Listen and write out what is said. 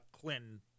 Clinton